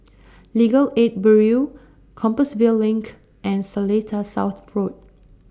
Legal Aid Bureau Compassvale LINK and Seletar South Road